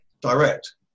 direct